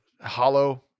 hollow